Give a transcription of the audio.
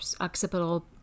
occipital